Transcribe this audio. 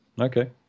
Okay